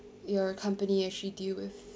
your company actually deal with